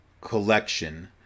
collection